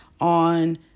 on